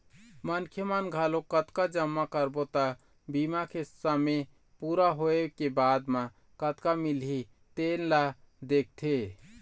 मनखे मन घलोक कतका जमा करबो त बीमा के समे पूरा होए के बाद कतका मिलही तेन ल देखथे